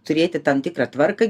turėti tam tikrą tvarką